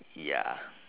ya